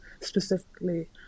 specifically